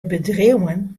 bedriuwen